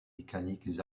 mécaniques